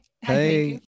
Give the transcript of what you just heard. Hey